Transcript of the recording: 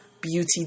beauty